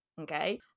Okay